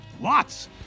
Lots